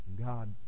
God